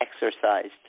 exercised